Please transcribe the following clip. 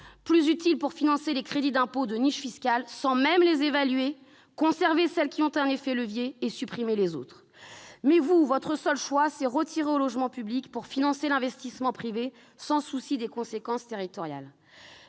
plus utile pour financer les crédits d'impôt et autres niches fiscales sans même les évaluer, afin de conserver celles qui ont un effet levier et de supprimer les autres. Votre seul choix, c'est de retirer au logement public pour financer l'investissement privé sans souci des conséquences territoriales.